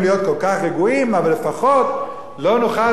אבל לפחות לא נוכל להגיד לממשלה: אתם